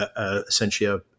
essentially